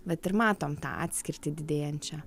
vat ir matom tą atskirtį didėjančią